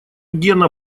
гена